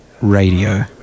Radio